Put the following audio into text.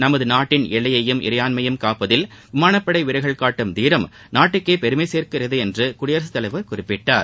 நமது நாட்டின் எல்லையையும் இறையான்மையையும் காப்பதில் விமானப்படை வீரர்கள் காட்டும் தீரம் நாட்டுக்கே பெருமை என்றும் குடியரசுத்தலைவர் குறிப்பிட்டார்